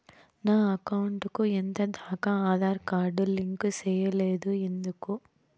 నా అకౌంట్ కు ఎంత దాకా ఆధార్ కార్డు లింకు సేయలేదు ఎందుకు